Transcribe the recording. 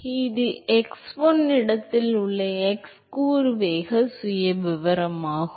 எனவே இது x1 இடத்தில் உள்ள x கூறு வேக சுயவிவரமாகும்